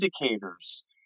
indicators